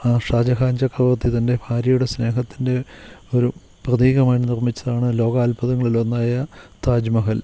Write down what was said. ആ ഷാ ജഹാൻ ചക്രവർത്തി തൻ്റെ ഭാര്യയുടെ സ്നേഹത്തിൻ്റെ ഒരു പ്രതീകമായി നിർമ്മിച്ചതാണ് ലോകാൽഭുതങ്ങളിലൊന്നായ താജ് മഹൽ